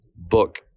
book